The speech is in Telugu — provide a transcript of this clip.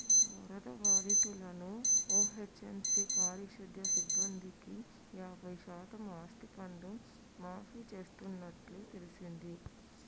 వరద బాధితులను ఓ.హెచ్.ఎం.సి పారిశుద్య సిబ్బందికి యాబై శాతం ఆస్తిపన్ను మాఫీ చేస్తున్నట్టు తెల్సింది